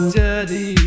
dirty